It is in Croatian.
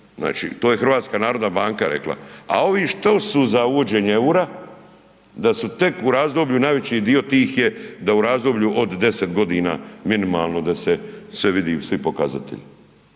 znači to je HNB rekla. A ovi šta su uvođenje EUR-a da su tek u razdoblju, najveći dio tih je da u razdoblju od 10 godina minimalno da se sve vidi, svi pokazatelji.